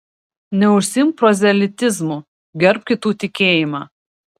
neužsiimk prozelitizmu gerbk kitų tikėjimą